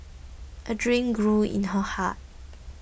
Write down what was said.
a dream grew in her heart